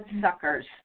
suckers